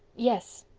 yes.